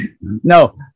No